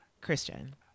Christian